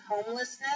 homelessness